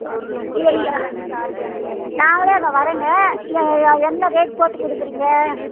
ஓ நாங்களே அங்கே வரேங்க ஏ என்ன ரேட் போட்டு கொடுக்கறீங்க